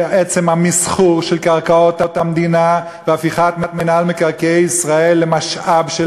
שעצם המסחור של קרקעות המדינה והפיכת מינהל מקרקעי ישראל למשאב של